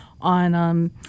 on